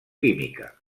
química